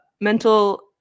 mental